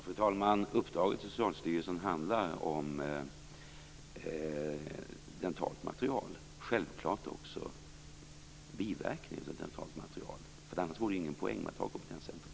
Fru talman! Uppdraget till Socialstyrelsen handlar om dentala material och självklart också om biverkningarna av dentala material; annars vore det ju ingen poäng med ett kompetenscentrum.